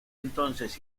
entonces